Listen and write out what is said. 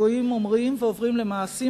הגויים אומרים ועוברים למעשים.